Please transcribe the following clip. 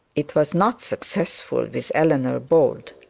it was not successful with eleanor bold.